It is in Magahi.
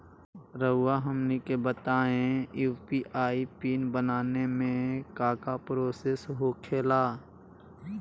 रहुआ हमनी के बताएं यू.पी.आई पिन बनाने में काका प्रोसेस हो खेला?